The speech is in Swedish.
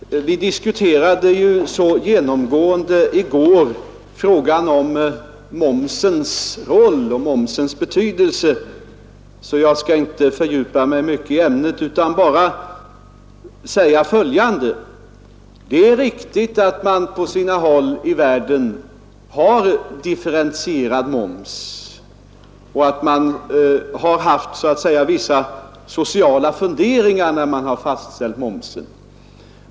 Herr talman! Vi diskuterade ju i går så ingående frågan om momsens roll och betydelse att jag inte nu skall fördjupa mig så mycket i ämnet utan bara säga följande. Det är riktigt att man på sina håll i världen har differentierad moms och att man så att säga har haft vissa sociala funderingar när man har fastställt momsen.